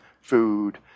food